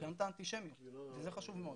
גם את האנטישמיות וזה חשוב מאוד.